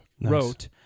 wrote